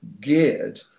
geared